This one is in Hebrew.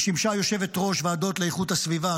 היא שימשה יושבת-ראש ועדות לאיכות הסביבה,